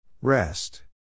Rest